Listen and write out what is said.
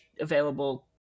available